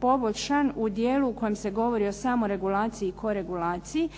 poboljšan u dijelu u kojem se govori o samoregulaciji i koregulaciji.